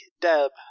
Deb